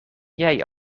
jij